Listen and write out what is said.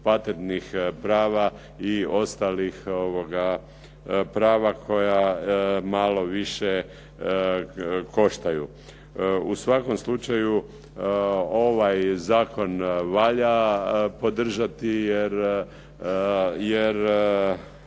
patentnih prava i ostalih prava koja malo više koštaju. U svakom slučaju, ovaj zakon valja podržati jer